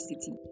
City